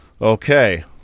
Okay